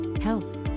health